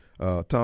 Tom